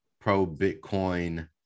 pro-Bitcoin